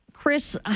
Chris